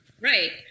Right